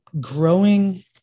growing